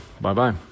bye-bye